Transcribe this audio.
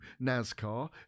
NASCAR